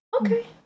Okay